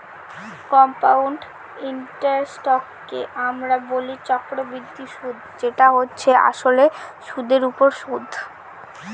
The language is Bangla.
কম্পাউন্ড ইন্টারেস্টকে আমরা বলি চক্রবৃদ্ধি সুদ যেটা হচ্ছে আসলে সুধের ওপর সুদ